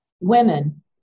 women